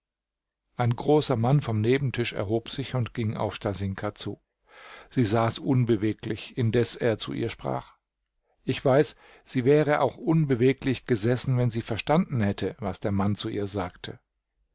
ein großer mann vom nebentisch erhob sich und ging auf stasinka zu sie saß unbeweglich indes er zu ihr sprach ich weiß sie wäre auch unbeweglich gesessen wenn sie verstanden hätte was der mann zu ihr sagte